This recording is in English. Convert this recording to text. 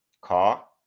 car